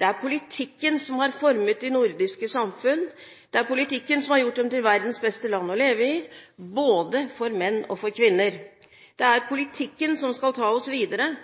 Det er politikken som har formet de nordiske samfunn. Det er politikken som har gjort dem til verdens beste land å leve i, både for menn og for kvinner. Det er politikken som skal ta oss videre